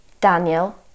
Daniel